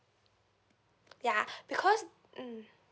ya because mm